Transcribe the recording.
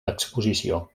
l’exposició